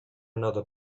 another